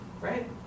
right